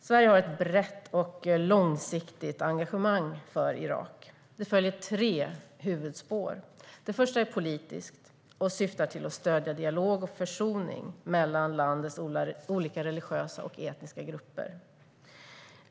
Sverige har ett brett och långsiktigt engagemang för Irak. Det följer tre huvudspår. Det första är politiskt och syftar till att stödja dialog och försoning mellan landets olika religiösa och etniska grupper.